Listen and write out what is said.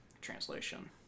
translation